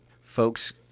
folks